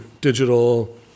digital